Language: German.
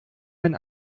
ein